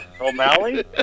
O'Malley